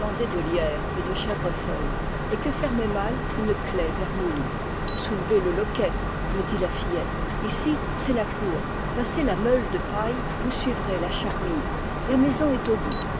et de chèvrefeuilles et que fermait mal une claie vermoulue soulevez le loquet me dit la fillette ici c'est la cour passé la meule de paille vous suivrez la charmille la maison est au bout